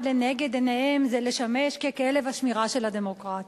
לנגד עיניהם זה לשמש כלב השמירה של הדמוקרטיה.